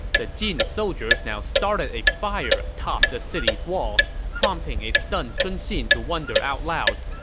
the jin soldiers now started a fire atop the city's walls, prompting a stunned sun xin to wonder out loud,